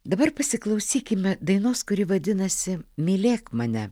dabar pasiklausykime dainos kuri vadinasi mylėk mane